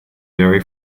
very